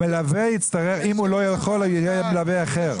אם הוא לא יכול לדבר, יהיה מלווה אחר.